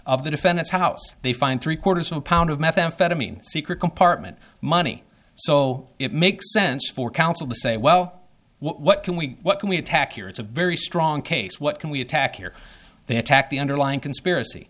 of the defendant's house they find three quarters of a pound of methamphetamine secret compartment money so it makes sense for counsel to say well what can we what can we attack here it's a very strong case what can we attack here they attack the underlying conspiracy